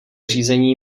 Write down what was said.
řízení